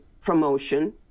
promotion